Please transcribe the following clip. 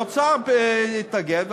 האוצר התנגד,